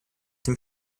dem